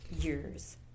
years